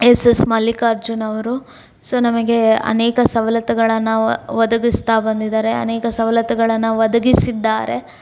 S S ಮಲ್ಲಿಕಾರ್ಜುನವರು so ನಮಗೆ ಅನೇಕ ಸವಲತ್ತುಗಳನ್ನು ಒದಗಿಸ್ತಾ ಬಂದಿದ್ದಾರೆ ಆನೇಕ ಸವಲತ್ತುಗಳನ್ನು ಒದಗಿಸಿದ್ದಾರೆ